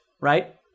right